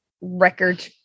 record